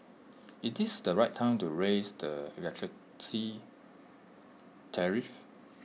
is this the right time to raise the electricity tariff